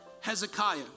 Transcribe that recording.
Hezekiah